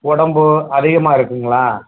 உடம்பு அதிகமாக இருக்குங்களா